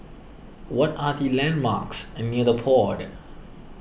what are the landmarks near the Pod